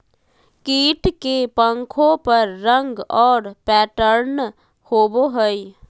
कीट के पंखों पर रंग और पैटर्न होबो हइ